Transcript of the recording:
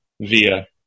via